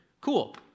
cool